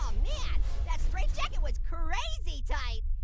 um man, that straitjacket was crazy tight.